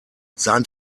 sein